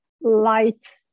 light